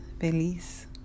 Feliz